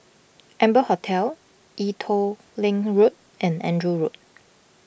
Amber Hotel Ee Teow Leng Road and Andrew Road